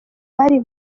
bari